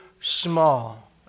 small